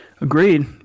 Agreed